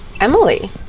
Emily